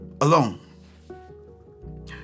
alone